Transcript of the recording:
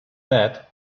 that